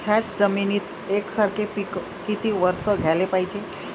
थ्याच जमिनीत यकसारखे पिकं किती वरसं घ्याले पायजे?